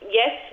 yes